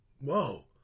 Whoa